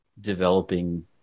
developing